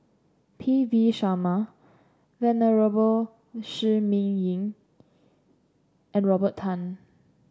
P V Sharma Venerable Shi Ming Yi and Robert Tan